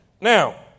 Now